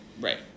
right